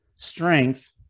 Strength